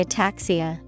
Ataxia